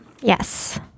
Yes